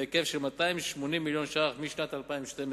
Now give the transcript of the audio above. בהיקף של 280 מיליון ש"ח משנת 2012,